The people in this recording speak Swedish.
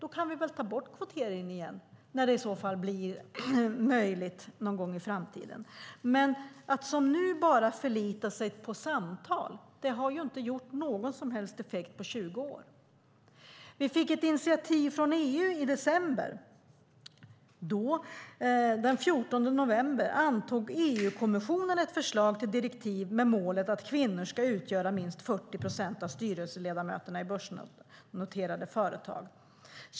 Vi kan väl ta bort kvoteringen när det blir möjligt någon gång i framtiden. Nu förlitar man bara sig på samtal, och det har inte gett någon som helst effekt på 20 år. Vi fick ett initiativ från EU i december. Den 14 november antog EU-kommissionen ett förslag till direktiv med målet att kvinnor ska utgöra minst 40 procent av styrelseledamöterna i börsnoterade företag.